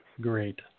great